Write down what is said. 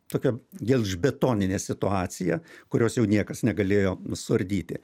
tokia gelžbetoninė situacija kurios jau niekas negalėjo suardyti